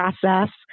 process